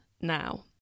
now